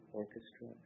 orchestra